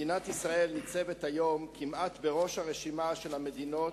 מדינת ישראל ניצבת היום כמעט בראש הרשימה של המדינות